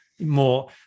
more